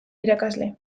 irakasle